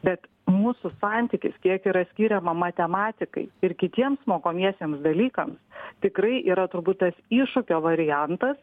bet mūsų santykis kiek yra skiriama matematikai ir kitiems mokomiesiems dalykams tikrai yra turbūt tas iššūkio variantas